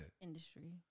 industry